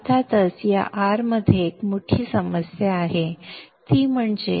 अर्थातच या R मध्ये एक मोठी समस्या आहे ती म्हणजे